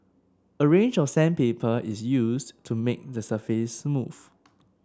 a range of sandpaper is used to make the surface smooth